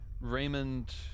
Raymond